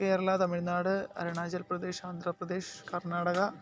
Keralam Tamil Nadu Arunachal Pradesh Andhra Pradesh Karnataka